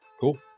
Cool